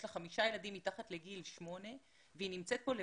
יש לה חמישה ילדים מתחת לגיל שמונה והיא נמצאת כאן לבדה.